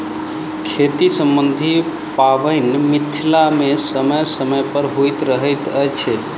खेती सम्बन्धी पाबैन मिथिला मे समय समय पर होइत रहैत अछि